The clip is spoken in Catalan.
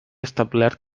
establert